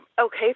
okay